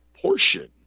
portion